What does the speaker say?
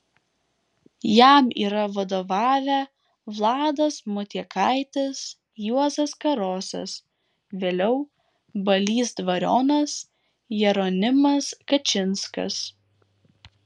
jam yra vadovavę vladas motiekaitis juozas karosas vėliau balys dvarionas jeronimas kačinskas